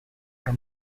are